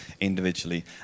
individually